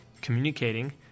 communicating